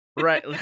Right